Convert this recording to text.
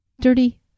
Dirty